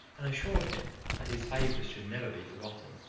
and assured him that his favours should never be forgotten.